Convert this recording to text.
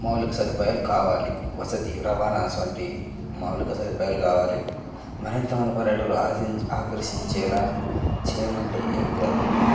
మౌలిక సదుపాయాలు కావాలి వసతి రవాణాసువంటి మాలిక సదుపాయాలు కావాలి మరింత పర్యాటకులు ఆకర్షించేలా చేయాలంటే ఏం చేయాలంటే